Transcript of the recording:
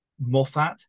Moffat